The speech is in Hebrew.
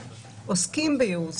עוסקים בייעוץ,